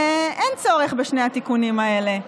ואין צורך בשני התיקונים האלה.